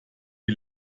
wie